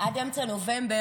עד אמצע נובמבר,